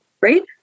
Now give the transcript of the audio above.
right